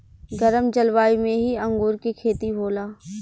गरम जलवायु में ही अंगूर के खेती होला